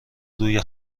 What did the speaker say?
روی